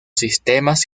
sistemas